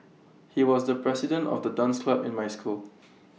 he was the president of the dance club in my school